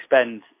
spend